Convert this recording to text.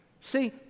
See